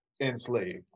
enslaved